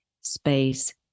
space